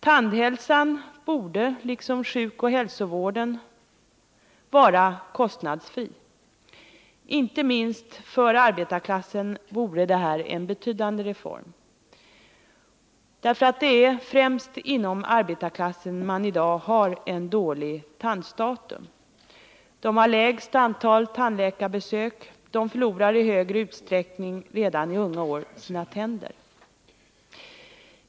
Tandhälsovården borde liksom sjukoch hälsovården i övrigt vara kostnadsfri. Inte minst för arbetarklassen skulle en sådan reform vara av stor betydelse. Det är främst inom arbetarklassen tandstatusen i dag är dålig. Det är de som tillhör denna grupp som har det lägsta antalet tandläkarbesök — de förlorar sina tänder redan i unga år i högre utsträckning än andra.